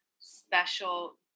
special